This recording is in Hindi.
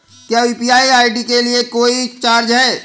क्या यू.पी.आई आई.डी के लिए कोई चार्ज है?